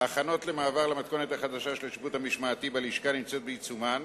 ההכנות למעבר למתכונת החדשה של השיפוט המשמעתי בלשכה בעיצומן,